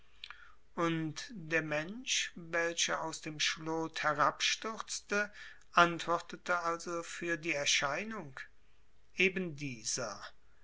und der mensch welcher aus dem schlot herabstürzte antwortete also für die erscheinung eben dieser